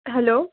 hello